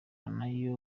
nayo